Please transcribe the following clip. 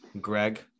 Greg